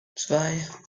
zwei